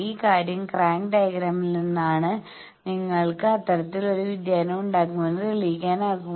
ഈ കാര്യം ക്രാങ്ക് ഡയഗ്രമിൽ നിന്നാണ് നിങ്ങൾക്ക് അത്തരത്തിലുള്ള ഒരു വ്യതിയാനം ഉണ്ടാകുമെന്ന് തെളിയിക്കാനാകും